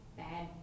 bad